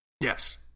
Yes